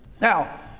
Now